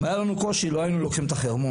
אם היה לנו קושי לא היינו לוקחים את החרמון.